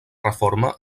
reforma